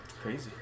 Crazy